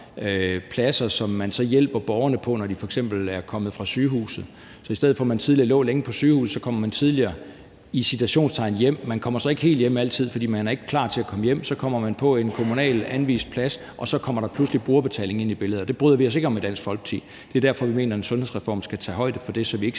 pladser, som man så hjælper borgerne ind på, når de f.eks. er kommet fra sygehuset. Så i stedet for at man tidligere lå længe på sygehuset, kommer man tidligere »hjem« – man kommer så ikke helt hjem altid, fordi man ikke er klar til at komme hjem, og så kommer man på en kommunalt anvist plads. Og så kommer der pludselig brugerbetaling ind i billedet, og det bryder vi os ikke om i Dansk Folkeparti. Det er derfor, vi mener, at en sundhedsreform skal tage højde for det, så vi ikke